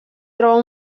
troba